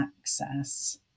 access